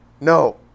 no